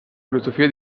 filosofia